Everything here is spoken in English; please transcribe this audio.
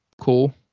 cool